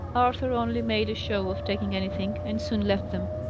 arthur only made a show of taking anything, and soon left them,